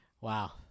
Wow